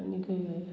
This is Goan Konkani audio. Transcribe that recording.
आनी खंय